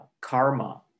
karma